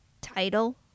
title